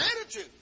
attitude